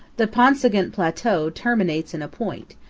the paunsa'gunt plateau terminates in a point,